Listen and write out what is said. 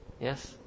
Yes